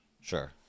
sure